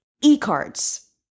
e-cards